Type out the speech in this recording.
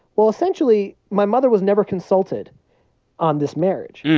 well, essentially, my mother was never consulted on this marriage. yeah